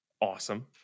awesome